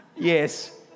Yes